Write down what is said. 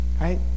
Right